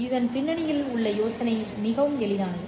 இதன் பின்னணியில் உள்ள யோசனை மிகவும் எளிது